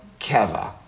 keva